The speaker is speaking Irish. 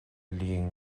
linn